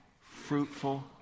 fruitful